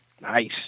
Nice